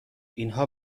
اینها